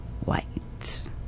white